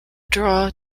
draw